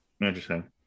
Interesting